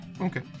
Okay